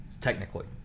Technically